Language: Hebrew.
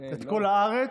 את כל הארץ.